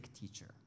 teacher